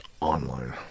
online